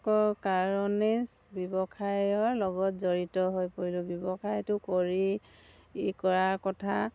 কৰ কাৰণে ব্যৱসায়ৰ লগত জড়িত হৈ পৰিলোঁ ব্যৱসায়টো কৰি কৰাৰ কথা